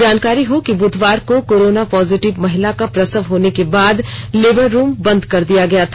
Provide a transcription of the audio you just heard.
जानकारी हो कि बुधवार को कोरोना पॉजिटिव महिला का प्रसव होने के बाद लेबर रूम बन्द कर दिया गया था